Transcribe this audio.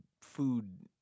food